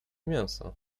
mięso